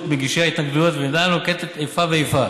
מגישי ההתנגדויות ואינה נוקטת איפה ואיפה.